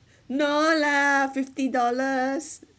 no lah fifty dollars